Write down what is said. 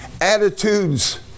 attitudes